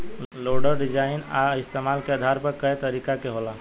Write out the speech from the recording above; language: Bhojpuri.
लोडर डिजाइन आ इस्तमाल के आधार पर कए तरीका के होला